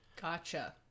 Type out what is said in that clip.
gotcha